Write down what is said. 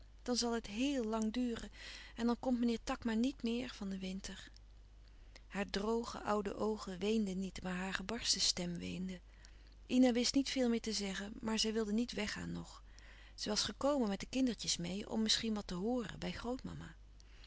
dan zal het héél lang duren en dan komt meneer takma niet meer van den winter hare droge oude oogen weenden niet maar hare gebarsten stem weende ina wist niet veel meer te zeggen maar zij wilde niet weggaan nog zij was gekomen met de kindertjes meê om misschien wat te hooren bij